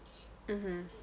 mmhmm